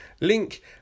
link